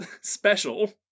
special